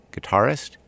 guitarist